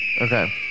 Okay